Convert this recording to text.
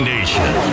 Nation